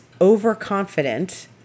overconfident